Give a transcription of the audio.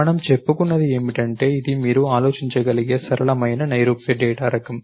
మనము చెప్పుకున్నది ఏమిటంటే ఇది మీరు ఆలోచించగలిగే సరళమైన నైరూప్య డేటా రకం